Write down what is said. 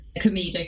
comedic